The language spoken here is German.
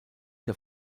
der